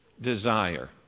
desire